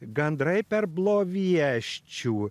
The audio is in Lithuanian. gandrai per blovieščių